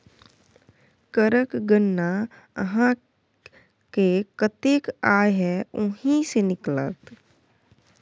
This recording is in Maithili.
करक गणना अहाँक कतेक आय यै ओहि सँ निकलत